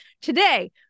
Today